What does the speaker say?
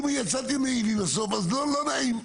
אם יצאתי נאיבי בסוף אז לא נעים.